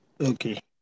Okay